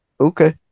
Okay